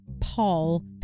Paul